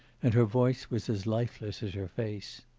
and her voice was as lifeless as her face.